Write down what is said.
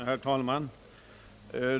Herr talman!